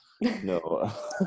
no